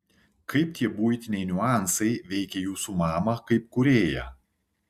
kaip tie buitiniai niuansai veikė jūsų mamą kaip kūrėją